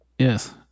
Yes